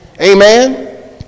amen